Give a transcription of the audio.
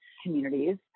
communities